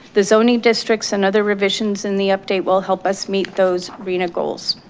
the zoning districts and other revisions in the update will help us meet those rhna goals.